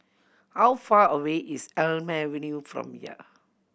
how far away is Elm Avenue from here